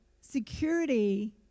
security